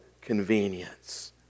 convenience